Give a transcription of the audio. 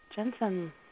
Jensen